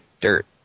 Dirt